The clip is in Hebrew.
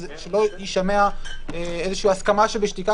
שלא ישתמע מזה איזושהי הסכמה שבשתיקה,